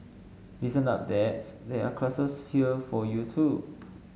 listen up dads there are classes here for you too